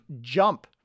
jump